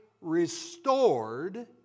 restored